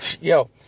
Yo